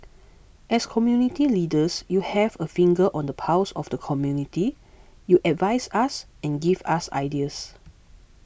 as community leaders you have a finger on the pulse of the community you advise us and give us ideas